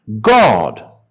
God